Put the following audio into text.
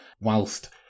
whilst